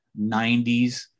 90s